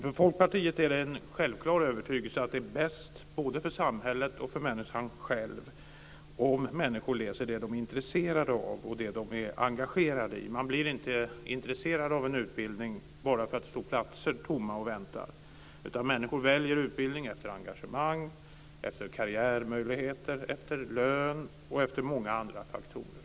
För Folkpartiet är det en självklar övertygelse att det bäst, både för samhället och för människan själv, om människor läser det de är intresserade av och engagerade i. Man blir inte intresserad av en utbildning bara för att det står tomma platser och väntar. Människor väljer utbildning efter engagemang, karriärmöjligheter, lön och många andra faktorer.